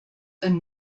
and